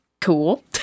Cool